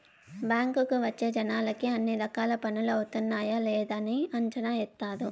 బ్యాంకుకి వచ్చే జనాలకి అన్ని రకాల పనులు అవుతున్నాయా లేదని అంచనా ఏత్తారు